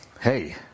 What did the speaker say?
hey